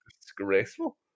disgraceful